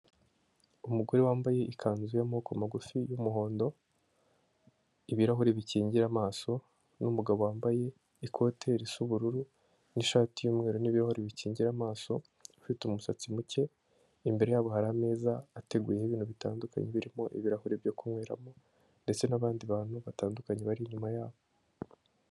Umugore wambaye ikanzu y'amaboko magufi y'umuhondo, ibirahure bikingira amaso n'umugabo wambaye ikote risa ubururu n'ishati y'umweru n'ibihure bikingira amaso ufite umusatsi muke, imbere yabo hari ameza ateguyeho ibintu bitandukanye birimo ibirahuri byo kunyweramo ndetse n'abandi bantu batandukanye bari inyuma yabo.